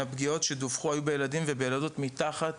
הפגיעות שדווחו היו בילדים ובילדות מתחת